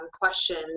questions